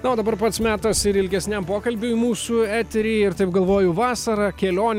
na o dabar pats metas ir ilgesniam pokalbiui mūsų etery ir taip galvoju vasara kelionė